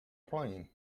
plain